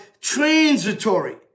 transitory